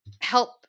help